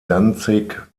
danzig